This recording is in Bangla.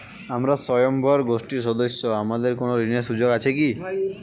আমরা স্বয়ম্ভর গোষ্ঠীর সদস্য আমাদের কোন ঋণের সুযোগ আছে কি?